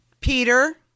Peter